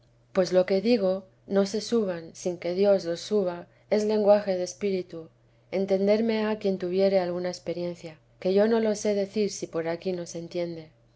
pues lo que digo no se suban sin que dios los suba es lenguaje de espíritu entenderme ha quien tuviere alguna experiencia que yo no lo sé decir si por aquí no se entiende